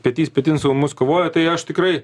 petys petin su mumis kovoja tai aš tikrai